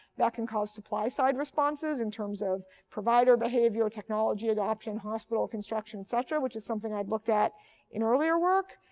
that can cause supply-side responses in terms of provider behavior, technology adoption, hospital construction, et cetera, which is something i looked at in earlier work.